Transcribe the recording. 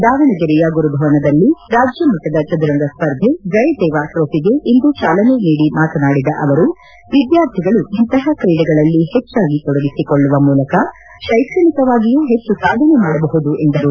ದಾವಣಗೆರೆಯ ಗುರುಭವನದಲ್ಲಿ ರಾಜ್ಯಮಟ್ಟದ ಚದುರಂಗ ಸ್ಪರ್ಧೆ ಜಯದೇವ ಟ್ರೋಫಿಗೆ ಇಂದು ಚಾಲನೆ ನೀಡಿ ಮಾತನಾಡಿದ ಅವರು ವಿದ್ವಾರ್ಥಿಗಳು ಇಂಥಹ ತ್ರೀಡೆಗಳಲ್ಲಿ ಹೆಚ್ಚಾಗಿ ತೊಡಗಿಸಿಕೊಳ್ಳುವ ಮೂಲಕ ಶೈಕ್ಷಣಿಕವಾಗಿಯೂ ಹೆಚ್ಚು ಸಾಧನೆ ಮಾಡಬಹುದು ಎಂದರು